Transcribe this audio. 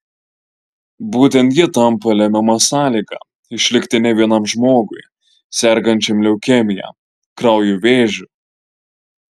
būtent ji tampa lemiama sąlyga išlikti ne vienam žmogui sergančiam leukemija kraujo vėžiu